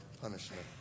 punishment